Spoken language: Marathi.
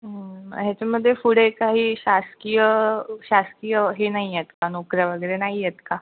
ह्याच्यामध्ये पुढे काही शासकीय शासकीय हे नाही आहेत का नोकऱ्या वगैरे नाही आहेत का